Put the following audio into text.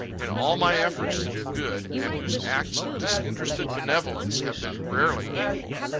in all my efforts to do good, and whose acts of disinterested benevolence have been rarely equaled.